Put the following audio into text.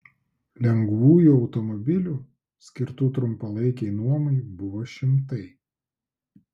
lengvųjų automobilių skirtų trumpalaikei nuomai buvo šimtai